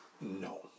No